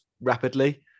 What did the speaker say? rapidly